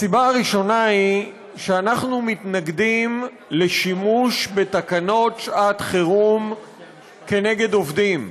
הסיבה הראשונה היא שאנחנו מתנגדים לשימוש בתקנות שעת חירום נגד עובדים.